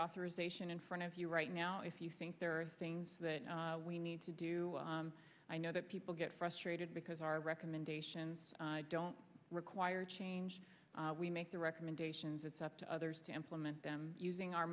reauthorization in front of you right now if you think there are things that we need to do i know that people get frustrated because our recommendations don't require change we make the recommendations it's up to others to implement them using our